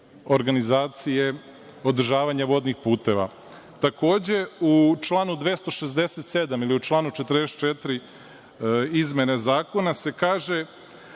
organizacije održavanja vodnih puteva. Takođe, u članu 267. ili u članu 44. izmene zakona se kaže